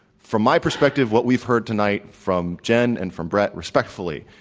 from my perspective what we've heard tonight from jen and from bret, respectfully,